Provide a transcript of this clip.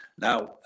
Now